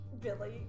Billy